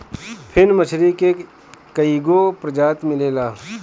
फिन मछरी के कईगो प्रजाति मिलेला